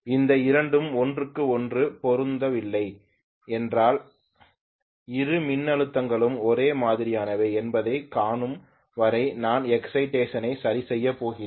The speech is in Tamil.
அந்த இரண்டும் ஒன்றுக்கு ஒன்று பொருந்தவில்லை என்றால் இரு மின்னழுத்தங்களும் ஒரே மாதிரியானவை என்பதைக் காணும் வரை நான் எக்சைடேஷன் ஐ சரிசெய்யப் போகிறேன்